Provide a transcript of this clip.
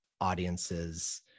audiences